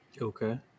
Okay